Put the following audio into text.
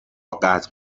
قطع